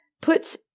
puts